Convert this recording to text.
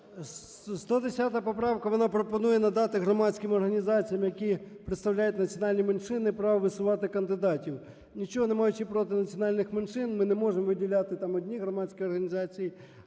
110 поправка, вона пропонує надати громадським організаціям, які представляють національні меншини, право висувати кандидатів. Нічого не маючи проти національних меншин, ми не можемо виділяти там одні громадські організації